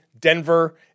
Denver